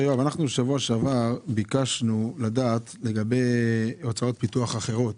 בשבוע שעבר ביקשנו לדעת לגבי הוצאת פיתוח אחרות.